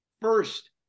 First